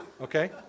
okay